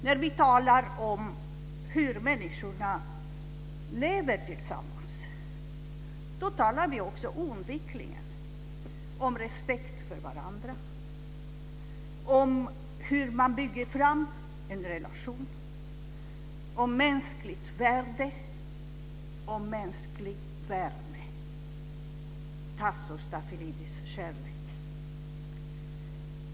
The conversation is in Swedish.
När vi talar om hur människorna lever tillsammans talar vi också oundvikligen om respekt för varandra, om hur man bygger upp en relation, om mänskligt värde, om mänsklig värme och, Tasso Stafilidis, kärlek.